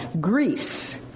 Greece